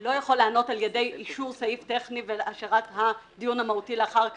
לא יכול להיענות על ידי אישור סעיף טכני והשארת הדיון המהותי לאחר כך,